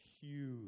huge